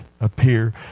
appear